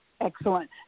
Excellent